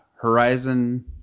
Horizon